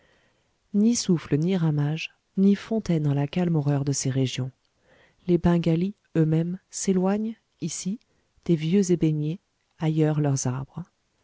ni souffles ni ramages ni fontaines en la calme horreur de ces régions les bengalis eux-mêmes s'éloignent ici des vieux ébéniers ailleurs leurs arbres